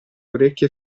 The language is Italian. orecchie